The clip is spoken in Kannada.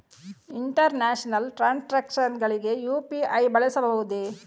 ಇಂಟರ್ನ್ಯಾಷನಲ್ ಟ್ರಾನ್ಸಾಕ್ಷನ್ಸ್ ಗಳಿಗೆ ಯು.ಪಿ.ಐ ಬಳಸಬಹುದೇ?